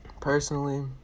Personally